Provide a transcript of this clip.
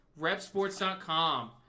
repsports.com